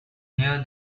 near